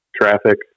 traffic